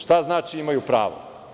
Šta znači imaju pravo?